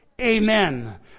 Amen